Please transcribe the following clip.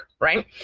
right